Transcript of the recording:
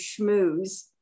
schmooze